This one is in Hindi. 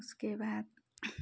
उसके बाद